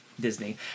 Disney